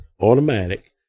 automatic